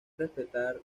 respetar